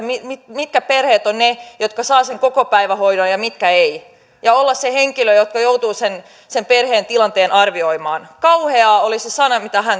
mitkä perheet ovat ne jotka saavat sen kokopäivähoidon ja mitkä eivät ja olla se henkilö joka joutuu sen sen perheen tilanteen arvioimaan kauheaa oli se sana mitä hän